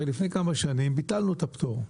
הרי לפני כמה שנים ביטלנו את הפטור,